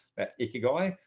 that ikigai,